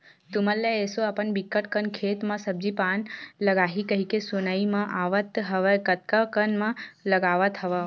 तुमन ल एसो अपन बिकट कन खेत म सब्जी पान लगाही कहिके सुनाई म आवत हवय कतका कन म लगावत हव?